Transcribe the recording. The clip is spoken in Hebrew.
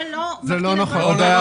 זה לא מקטין את גודל הקבוצה.